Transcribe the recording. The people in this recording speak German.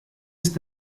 ist